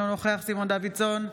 אינו נוכח סימון דוידסון,